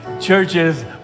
Churches